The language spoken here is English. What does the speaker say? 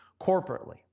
corporately